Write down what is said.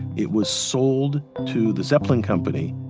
it was sold to the zeppelin company,